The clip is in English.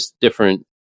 different